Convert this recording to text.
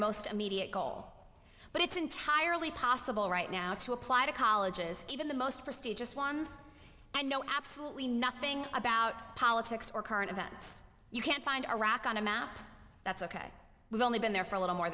most immediate goal but it's entirely possible right now to apply to colleges even the most prestigious ones i know absolutely nothing about politics or current events you can't find iraq on a map that's ok we've only been there for a little more